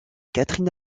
catherine